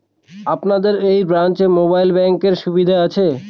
আপনাদের এই ব্রাঞ্চে মোবাইল ব্যাংকের সুবিধে আছে?